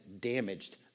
damaged